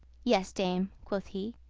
yes, dame, quoth he,